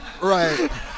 Right